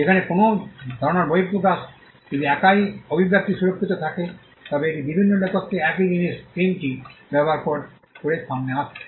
যেখানে কোনও ধারণার বহিঃপ্রকাশ যদি একাই অভিব্যক্তি সুরক্ষিত থাকে তবে এটি বিভিন্ন লেখককে একই জিনিস থিমটি ব্যবহার করে সামনে আসে